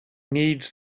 needs